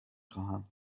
خواهم